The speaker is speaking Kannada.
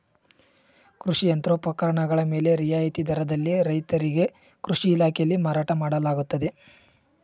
ಕೃಷಿ ಯಂತ್ರೋಪಕರಣಗಳ ಮೇಲೆ ರಿಯಾಯಿತಿ ದರದಲ್ಲಿ ರೈತರಿಗೆ ಕೃಷಿ ಇಲಾಖೆಯಲ್ಲಿ ಮಾರಾಟ ಮಾಡಲಾಗುತ್ತದೆ